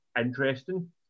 interesting